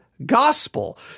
gospel